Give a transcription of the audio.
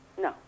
No